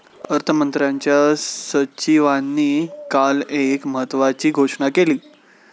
अर्थमंत्र्यांच्या सचिवांनी काल एक महत्त्वाची घोषणा केली